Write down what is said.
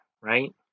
right